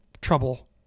trouble